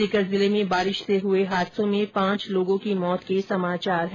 सीकर जिले में बारिश से हुए हादसों में पांच लोगों की मौत हुई है